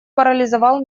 парализовал